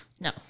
No